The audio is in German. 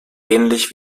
ähnlich